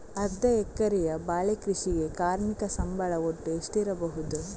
ಅರ್ಧ ಎಕರೆಯ ಬಾಳೆ ಕೃಷಿಗೆ ಕಾರ್ಮಿಕ ಸಂಬಳ ಒಟ್ಟು ಎಷ್ಟಿರಬಹುದು?